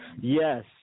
Yes